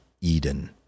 Eden